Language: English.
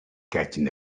catching